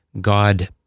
God